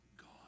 God